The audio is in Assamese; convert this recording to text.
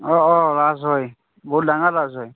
অঁ অঁ ৰাস হয় বহুত ডাঙৰ ৰাস হয়